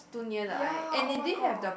ya oh-my-god